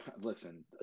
Listen